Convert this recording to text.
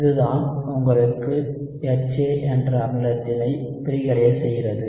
இதுதான் உங்களுக்கு HA என்ற அமிலத்தினை பிரிகையடைய செய்கிறது